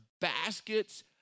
baskets